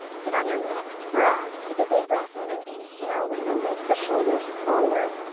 then on your next breath, take a big breath in and inhale, we're gonna loop the shoulders forward,